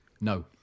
No